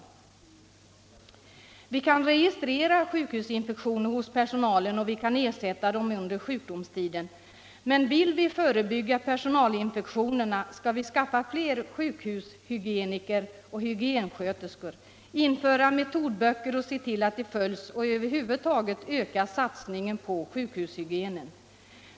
Vi kan registrera sjukhusinfektioner hos personalen och vi kan ersätta dem under sjukdomstiden. Men vill vi förebygga personalinfektionerna skall vi skaffa fler sjukhushygieniker och hygiensköterskor, införa metodböcker och se till att de följs och över huvud taget öka satsningen på sjukhushygienen.